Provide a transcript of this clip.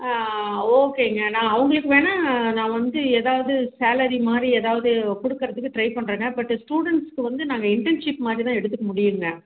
ஆ ஓகேங்க நான் அவங்குளுக்கு வேணா நான் வந்து எதாவது சலரி மாதிரி எதாவது கொடுக்குறத்துக்கு ட்ரை பண்ணுறங்க பட்டு ஸ்டுடன்ஸ்க்கு வந்து நாங்கள் இன்டன்ஷிப் மாதிரி தான் எடுத்துக்க முடியுங்க